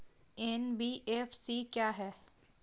NBFC क्या है?